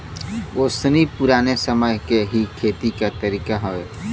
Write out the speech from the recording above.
ओसैनी पुराने समय क ही खेती क तरीका हउवे